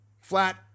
flat